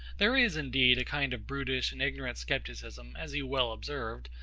there is indeed a kind of brutish and ignorant scepticism, as you well observed,